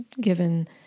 given